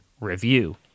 REVIEW